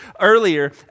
earlier